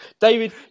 David